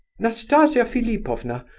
nastasia philipovna,